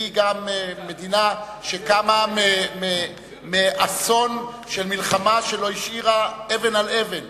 והיא גם מדינה שקמה מאסון של מלחמה שלא השאירה אבן על אבן,